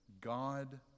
God